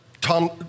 Tom